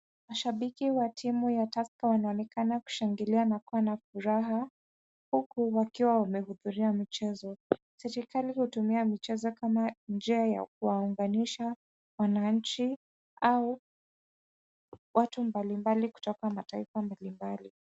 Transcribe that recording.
Mashabiki wa timu ya Tusker wanaonekana kushangilia na kuwa na furaha, huku wakiwa wamehudhuria mchezo. Serikali hutumia michezo kama njia ya kuwaunganisha wananchi au watu mbalimbali kutoka mataifa mbalimbali.